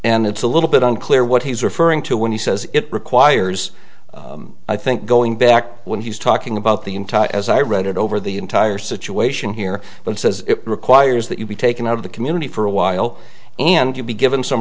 and it's a little bit unclear what he's referring to when he says it requires i think going back when he's talking about the entire as i read it over the entire situation here but it says requires that you be taken out of the community for a while and you'll be given some